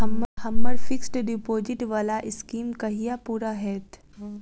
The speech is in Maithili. हम्मर फिक्स्ड डिपोजिट वला स्कीम कहिया पूरा हैत?